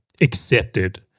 accepted